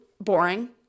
Boring